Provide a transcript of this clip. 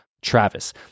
Travis